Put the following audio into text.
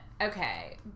okay